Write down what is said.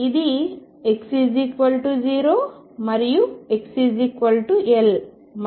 ఇది x0 మరియు xL